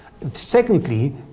Secondly